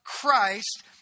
Christ